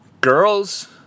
girls